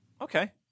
okay